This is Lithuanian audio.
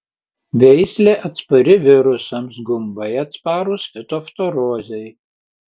veislė atspari virusams gumbai atsparūs fitoftorozei